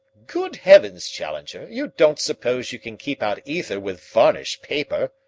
good heavens, challenger, you don't suppose you can keep out ether with varnished paper?